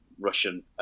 Russian